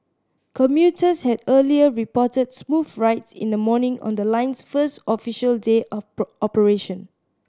commuters had earlier reported smooth rides in the morning on the line's first official day of poor operation